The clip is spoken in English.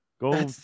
go